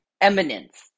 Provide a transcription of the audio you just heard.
Eminence